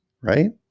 right